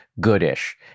good-ish